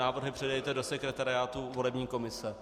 Návrhy předejte do sekretariátu volební komise.